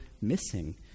missing